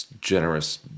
generous